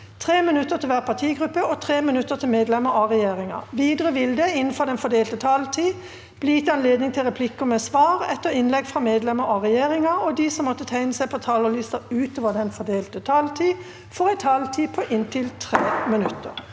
3 minutter til hver partigruppe og 3 minutter til medlemmer av regjeringa. Videre vil det – innenfor den fordelte taletid – bli gitt anledning til replikker med svar etter innlegg fra medlemmer av regjeringa, og de som måtte tegne seg på talerlista utover den fordelte taletid, får også en taletid på inntil 3 minutter.